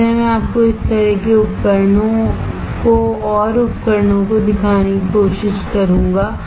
इसलिए मैं आपको इस तरह के और उपकरणों को दिखाने की कोशिश करूंगा